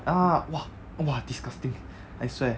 ah !wah! !wah! disgusting I swear